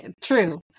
True